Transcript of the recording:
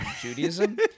Judaism